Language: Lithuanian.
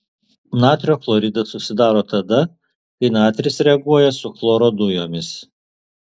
natrio chloridas susidaro tada kai natris reaguoja su chloro dujomis